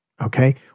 okay